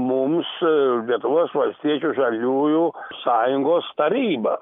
mums lietuvos valstiečių žaliųjų sąjungos taryba